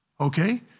Okay